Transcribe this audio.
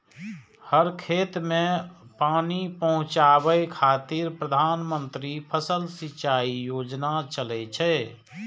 हर खेत कें पानि पहुंचाबै खातिर प्रधानमंत्री फसल सिंचाइ योजना चलै छै